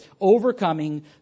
overcoming